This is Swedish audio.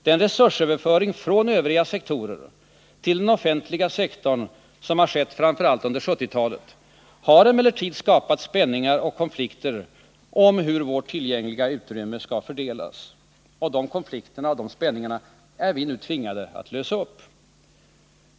Den resursöverföring från övriga sektorer till den offentliga sektorn som skett främst under 1970-talet har skapat spänningar och konflikter om hur vårt tillgängliga utrymme skall fördelas. De konflikterna och spänningarna är vi nu tvingade att lösa upp.